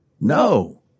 No